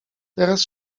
teraz